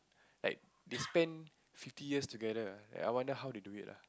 like they spend fifty years together I wonder how they do it lah